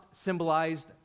symbolized